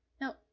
No